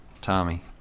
Tommy